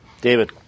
David